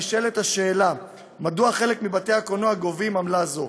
נשאלת השאלה מדוע חלק מבתי הקולנוע גובים עמלה זו.